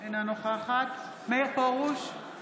נוכחת מאיר פרוש,